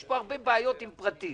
יש פה בעיות עם פרטים.